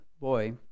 boy